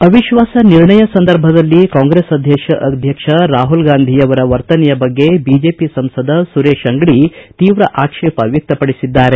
ಅವಿಶ್ವಾಸ ನಿರ್ಣಯ ಸಂದರ್ಭದಲ್ಲಿ ಕಾಂಗ್ರೆಸ್ ಅಧ್ಯಕ್ಷ ರಾಹುಲ್ಗಾಂಧಿ ನಡೆದುಕೊಂಡ ವರ್ತನೆಯ ಬಗ್ಗೆ ಬಿಜೆಪಿ ಸಂಸದ ಸುರೇಶ್ ಅಂಗಡಿ ತೀವ್ರ ಆಕ್ಷೇಪ ವ್ಯಕ್ತಪಡಿಸಿದ್ದಾರೆ